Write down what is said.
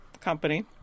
company